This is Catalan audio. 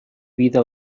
vida